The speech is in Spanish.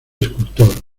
escultor